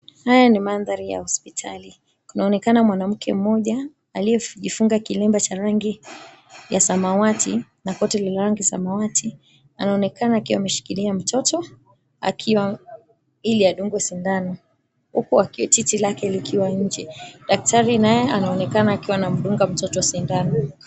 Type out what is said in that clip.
Haya ni mandhati ya hospitali. Kunaonekana mwamamke mmoja aliyejifunga kilemba cha rangi ya samawati na koti lililo la samawati. Anaonekana akiwa ameshikilia mtoto ili adungwe sindano huku titi lake likiwa nje. Daktari naye anaonekana akiwa anamdunga mtoto sindano.